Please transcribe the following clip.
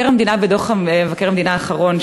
בדוח מבקר המדינה האחרון,